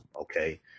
Okay